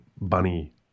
bunny